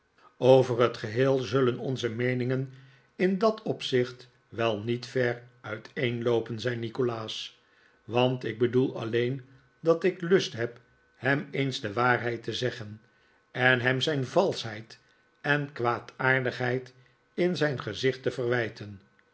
over het geheel zullen onze meeningen in dat opzicht wel niet ver uiteenloopen zei nikolaas want ik bedoel alleen dat ik lust heb hem eens de waarheid te zeggen en hem zijn valschheid en kwaadaardigheid in zijn gezicht te verwijten